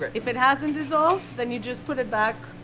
if it hasn't dissolved, then you just put it back,